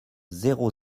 zéro